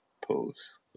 pose